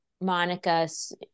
Monica's